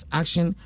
action